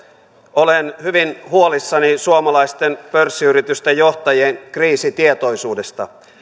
olen hyvin huolissani suomalaisten pörssiyritysten johtajien kriisitietoisuudesta